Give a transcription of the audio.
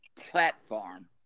platform